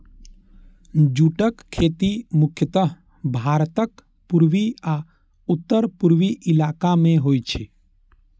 जूटक खेती मुख्यतः भारतक पूर्वी आ उत्तर पूर्वी इलाका मे होइ छै